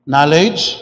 Knowledge